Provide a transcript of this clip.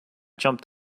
jumped